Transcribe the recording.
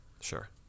Sure